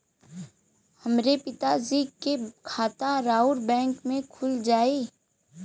हमरे पिता जी के खाता राउर बैंक में खुल जाई?